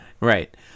Right